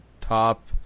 top